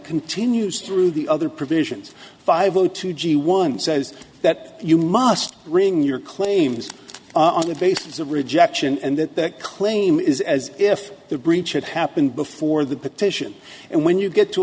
continues through the other provisions five o two g one says that you must bring your claims on the basis of rejection and the claim is as if the breach had happened before the petition and when you get to